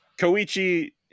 Koichi